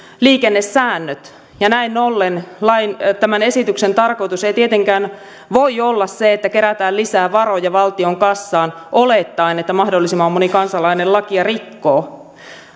liikennesäännöt näin ollen tämän esityksen tarkoitus ei tietenkään voi olla se että kerätään lisää varoja valtion kassaan olettaen että mahdollisimman moni kansalainen lakia rikkoo